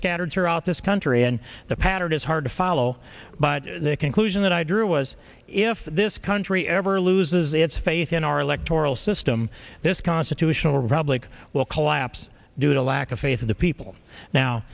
scattered throughout this country and the pattern is hard to follow but the conclusion that i drew was if this country ever loses its faith in our electoral system this constitutional republic will collapse due to lack of faith in the people now